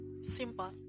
simple